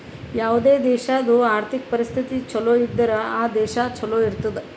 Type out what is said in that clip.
ಯಾವುದೇ ದೇಶಾದು ಆರ್ಥಿಕ್ ಪರಿಸ್ಥಿತಿ ಛಲೋ ಇದ್ದುರ್ ಆ ದೇಶಾ ಛಲೋ ಇರ್ತುದ್